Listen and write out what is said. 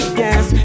yes